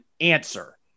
answer